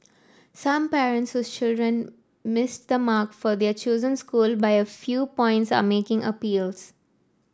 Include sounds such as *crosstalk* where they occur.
some parents *unintelligible* children missed the mark for their chosen school by a few points are making appeals